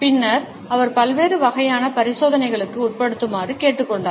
பின்னர் அவர் பல்வேறு வகையான பரிசோதனைகளுக்கு உட்படுத்துமாறு கேட்டுக் கொண்டார்